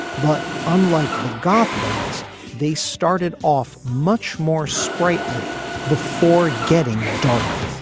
but unlike the goth bands they started off much more sprightly before getting darker